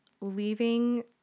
leaving